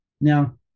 Now